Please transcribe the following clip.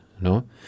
No